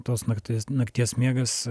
tos nakties nakties miegas